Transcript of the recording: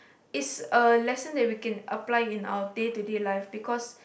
it's a lesson that we can apply in our day to day life because